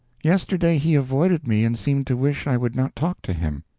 yesterday he avoided me and seemed to wish i would not talk to him.